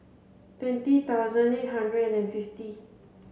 twenty thousand eight hundred and fifty